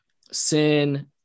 sin